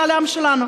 של העם שלנו?